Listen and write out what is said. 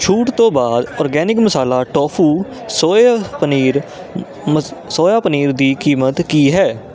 ਛੂਟ ਤੋਂ ਬਾਅਦ ਆਰਗੈਨਿਕ ਮਸਾਲਾ ਟੋਫੂ ਸੋਏ ਪਨੀਰ ਮ ਸੋਇਆ ਪਨੀਰ ਦੀ ਕੀਮਤ ਕੀ ਹੈ